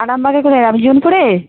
আরামবাগের কোথায় রামজীবনপুরে